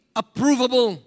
approvable